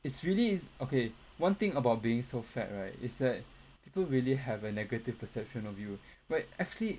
it's really okay one thing about being so fat right is that people really have a negative perception of you but actually